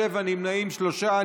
נמנעים שלושה.